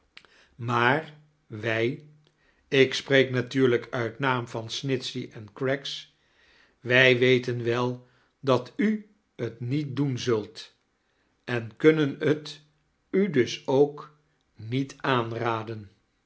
maar wij ik spreek natuurlijk uit naam van snitehey en craggs wij jveten wel dat u t niet doen zujt en kunnen t u dus ook niet aanradien